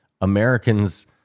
Americans